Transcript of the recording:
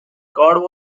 card